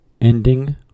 Ending